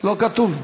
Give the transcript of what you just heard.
לא כתוב.